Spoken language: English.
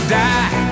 die